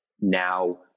now